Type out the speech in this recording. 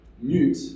mute